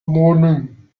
morning